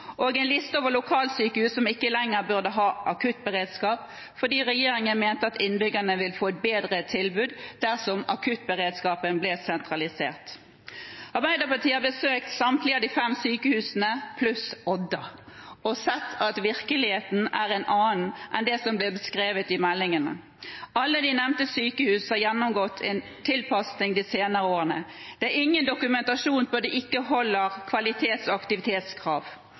og en liste over lokalsykehus som ikke lenger burde ha akuttberedskap, fordi regjeringen mente at innbyggerne vil få et bedre tilbud dersom akuttberedskapen blir sentralisert. Arbeiderpartiet har besøkt samtlige fem sykehus pluss Odda og sett at virkeligheten er en annen enn det som ble beskrevet i meldingene. Alle de nevnte sykehus har gjennomgått en tilpasning de senere årene. Det er ingen dokumentasjon på at de ikke holder kvalitets- og aktivitetskrav.